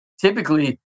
typically